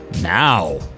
now